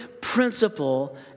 principle